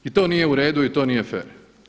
I to nije u redu i to nije fer.